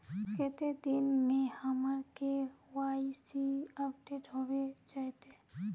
कते दिन में हमर के.वाई.सी अपडेट होबे जयते?